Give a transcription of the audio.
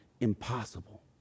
impossible